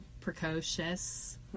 precocious